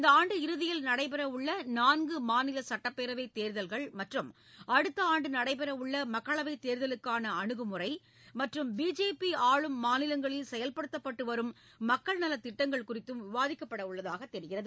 இந்த ஆண்டு இறுதியில் நடைபெற உள்ள நான்கு மாநில சுட்டப்பேரவைத் தேர்தல்கள் மற்றும் அடுத்த ஆண்டு நடைபெற உள்ள மக்களவைத் தேர்தலுக்காள அனுகுமுறை மற்றும் பிஜேபி ஆளும் மாநிலங்களில் செயல்படுத்தப்பட்டு வரும் மக்கள் நலத்திட்டங்கள் குறித்தும் விவாதிக்கப்பட உள்ளதாகத் தெரிகிறது